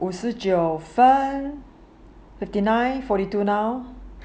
五十九分 fifty nine forty two now